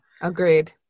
Agreed